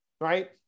right